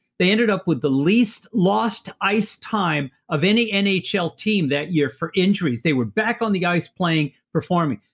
they ended up with the least lost ice time of any any nhl team that year for injuries. they were back on the ice playing, performing.